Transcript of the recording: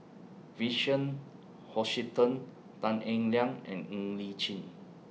Vincent Hoisington Tan Eng Liang and Ng Li Chin